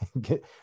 get